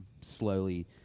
slowly